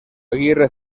aguirre